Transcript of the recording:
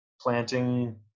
planting